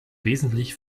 wesentlich